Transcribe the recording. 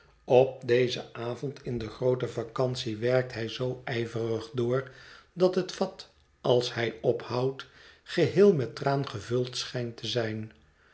op dezen avond in de groote vacantie werkt hij zoo ijverig door dat het vat als hij ophoudt geheel met traan gevuld schijnt te zijn